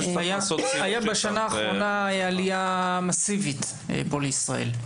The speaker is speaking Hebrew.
הייתה בשנה האחרונה עלייה מסיבית לישראל.